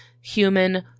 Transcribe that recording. human